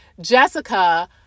Jessica